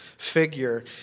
figure